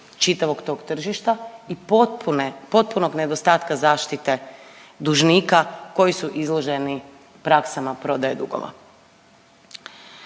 čitavog tog tržišta i potpune, potpunog nedostatka zaštite dužnika koji su izloženi praksama prodaje dugova.